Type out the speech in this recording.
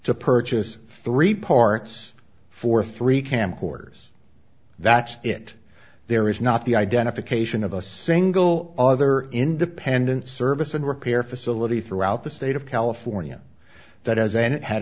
to purchase three parts for three camcorders that's it there is not the identification of a single other independent service and repair facility throughout the state of california that has